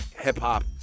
hip-hop